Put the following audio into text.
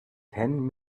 ten